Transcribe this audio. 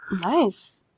Nice